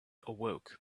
awoke